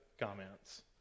comments